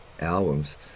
albums